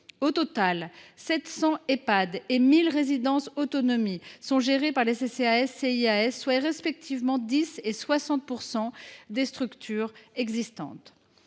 Au total, 700 Ehpad et 1 000 résidences autonomie sont gérés par les CCAS et les CIAS, soit respectivement 10 % et 60 % des structures existantes.